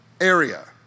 area